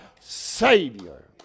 Savior